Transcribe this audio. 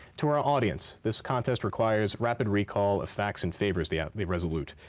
to our audience, this contest requires rapid recall of facts and favors the the resolute.